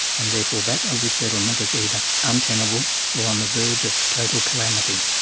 and therefore that of the settlement, as either untenable or on the verge of total calamity.